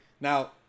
Now